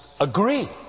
agree